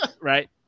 Right